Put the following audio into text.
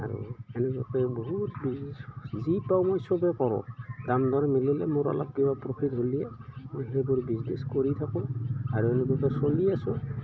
আৰু এনেকুৱাকৈ বহুত বিজনেছ যি পাওঁ মই চবেই কৰোঁ দাম দৰ মিলিলে মোৰ অলপ কিবা প্ৰফিট হ'লে মই সেইবোৰ বিজনেছ কৰি থাকোঁ আৰু এনেকুৱাকৈ চলি আছোঁ